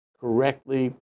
correctly